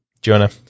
Jonah